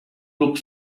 look